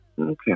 Okay